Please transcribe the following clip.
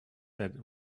said